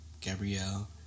Gabrielle